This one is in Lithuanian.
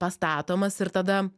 pastatomas ir tada